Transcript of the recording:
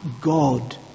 God